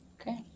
Okay